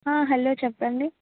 hello చెప్పండి